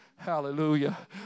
Hallelujah